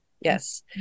yes